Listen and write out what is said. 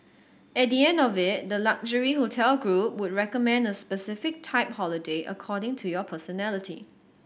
at the end of it the luxury hotel group would recommend a specific type holiday according to your personality